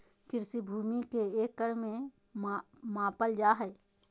कृषि भूमि के एकड़ में मापल जाय हइ